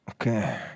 Okay